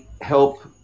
help